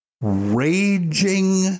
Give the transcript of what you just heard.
raging